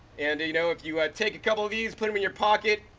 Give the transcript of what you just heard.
and you know, if you ah take a couple of these, put em in your pocket,